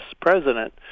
president